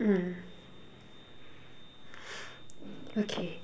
mm okay